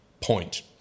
point